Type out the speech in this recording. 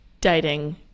dating